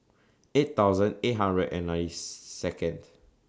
eight thousand eight hundred and ninety Second